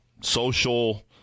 social